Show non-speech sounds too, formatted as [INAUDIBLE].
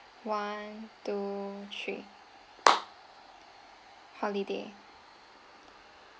one two three [NOISE] holiday